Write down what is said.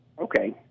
Okay